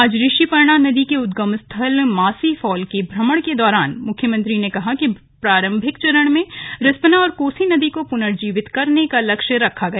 आज ऋषिपर्णा नदी के उद्गम स्थल मासी फॉल के भ्रमण के दौरान मुख्यमंत्री ने कहा कि प्रारम्भिक चरण में रिस्पना और कोसी नदी को पुनर्जीवित करने का लक्ष्य रखा गया